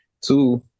two